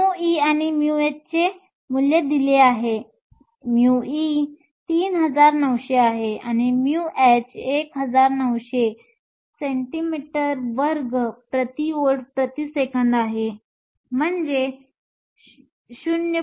μe आणि μh चे मूल्य दिले आहे μe 3900 आहे आणि μh 1900 cm2 V 1 s 1 आहे म्हणजे 0